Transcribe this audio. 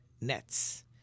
nets